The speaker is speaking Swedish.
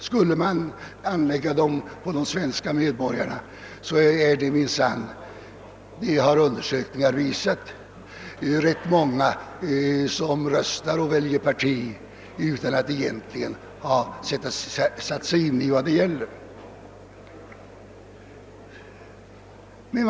Skulle man göra det beträffande de svenska medborgarna i övrigt, skulle man minsann — det har undersökningar visat — finna att rätt många väljer parti och röstar utan att verkligen ha satt sig in i vad det gäller.